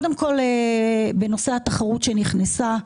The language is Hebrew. בנושא התחרות שנכנסה,